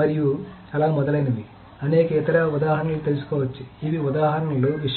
మరియు అలా మొదలైనవి అనేక ఇతర ఉదాహరణలు తెలుసుకోవచ్చు ఇవి ఉదాహరణలు విషయం